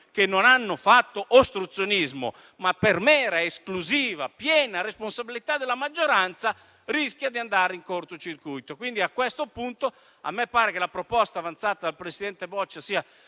che non hanno fatto ostruzionismo, ma per mera, esclusiva e piena responsabilità della maggioranza, rischia di andare in cortocircuito. A questo punto a me pare che la proposta avanzata dal presidente Boccia sia